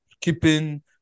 keeping